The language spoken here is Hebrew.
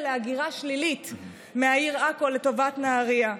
להגירה שלילית מהעיר עכו לטובת נהריה,